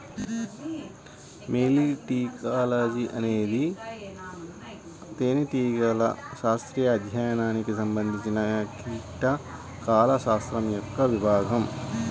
మెలిటాలజీఅనేది తేనెటీగల శాస్త్రీయ అధ్యయనానికి సంబంధించినకీటకాల శాస్త్రం యొక్క విభాగం